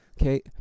okay